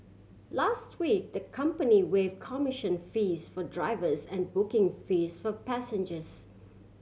last week the company waive commission fees for drivers and booking fees for passengers